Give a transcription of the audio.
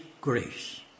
grace